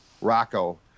Rocco